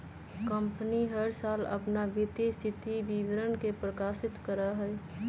company हर साल अपन वित्तीय स्थिति विवरण के प्रकाशित करा हई